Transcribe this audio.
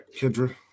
Kendra